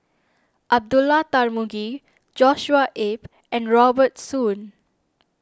Abdullah Tarmugi Joshua Ip and Robert Soon